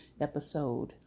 episode